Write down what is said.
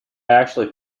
actually